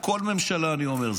וכל ממשלה אני אומר,